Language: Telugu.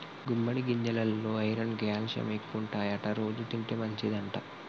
గుమ్మడి గింజెలల్లో ఐరన్ క్యాల్షియం ఎక్కువుంటాయట రోజు తింటే మంచిదంట